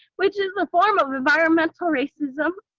which is a form of environmental racism.